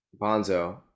Bonzo